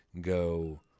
go